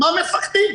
ממה מפחדים.